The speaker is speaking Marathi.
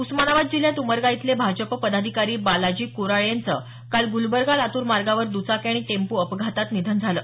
उस्मानाबाद जिल्ह्यात उमरगा इथले भाजप पदाधिकारी बालाजी कोराळे यांचं काल ग्लबर्गा लातूर मार्गावर दुचाकी आणि टेंम्पो अपघातात निधन झालं